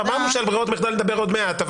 אמרנו שעל ברירות מחדל נדבר עוד מעט.